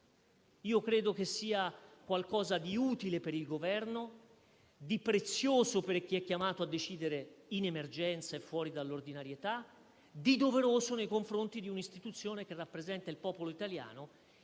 Credo che sia qualcosa di utile per il Governo, di prezioso per chi è chiamato a decidere in emergenza e fuori dall'ordinarietà, di doveroso nei confronti di un'istituzione che rappresenta il popolo italiano